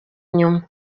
inyuma